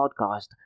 podcast